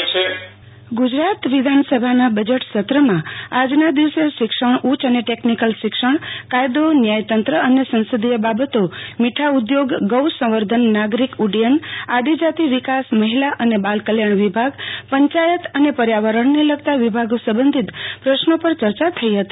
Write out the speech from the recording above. byte Aarti Bhatt વિધાનસભા budget સત્ર ગૂજરાત વિધાનસભાના બજેટ સત્રમાં આજના દિવસે શિક્ષણ ઉચ્ચ અને ટકનિકલ શિક્ષણ કાયદો ન્યાયતંત્ર અન સંસદીય બાબતો મીઠા ઉધોગો ગા સંવર્ધન નાગરિક ઉડયન આદિજાતિ વિકાસ મહિલા અને બાલ કલ્યાણ વિભાગ પંચાયત અને પર્યાવરણને લગતા વિભાગો સંબંધિત પ્રશ્નો પર ચર્ચા થઈ હતી